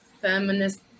feminist